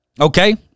Okay